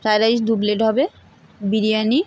fried rice দু plate হবে বিরিয়ানি